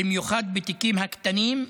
במיוחד בתיקים הקטנים,